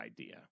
idea